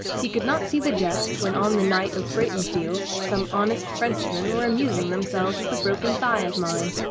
he could not see the jest when on the night of breitenfeld some honest frenchmen were amusing themselves with a broken thigh of mine.